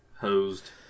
Hosed